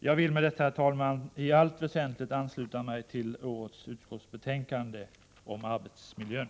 Jag vill med detta, herr talman, i allt väsentligt ansluta mig till detta betänkande om arbetsmiljön.